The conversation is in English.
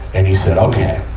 and he said, okay.